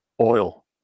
oil